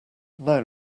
now